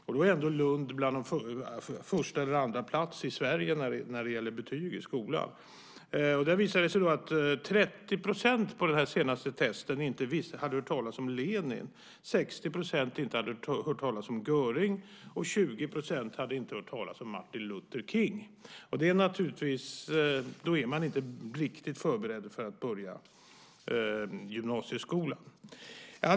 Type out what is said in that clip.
Och då ligger ändå Lund på första eller andra plats i Sverige när det gäller betyg i skolan. På det senaste testet visade det sig att 30 % inte hade hört talas om Lenin, 60 % inte hade hört talas om Göring och 20 % inte hade hört talas om Martin Luther King. Då är man naturligtvis inte riktigt förberedd för att börja högskolan.